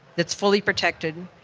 that's fully protected,